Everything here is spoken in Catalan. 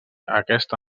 aquesta